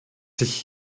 sich